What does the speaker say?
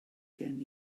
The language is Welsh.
gen